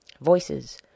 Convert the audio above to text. Voices